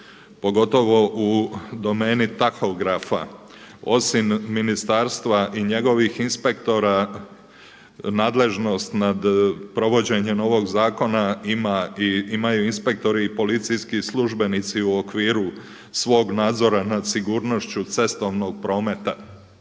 pogotovo u domeni tahografa. Osim Ministarstva i njegovih inspektora nadležnost nad provođenjem ovog zakona imaju i inspektori i policijski službenici u okviru svog nadzora nad sigurnošću cestovnog prometa.